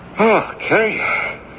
Okay